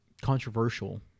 controversial